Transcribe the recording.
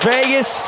Vegas